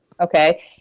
okay